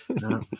No